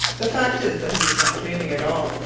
the fact is that he was not dreaming at all.